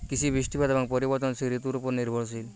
কৃষি বৃষ্টিপাত এবং পরিবর্তনশীল ঋতুর উপর নির্ভরশীল